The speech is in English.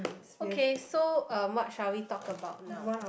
okay so um what shall we talk about now